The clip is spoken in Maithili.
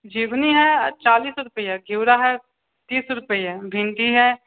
झिगनी हइ चालीस रूपए घेबड़ा हइ तीस रूपए भिन्डी हइ